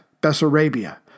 Bessarabia